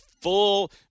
full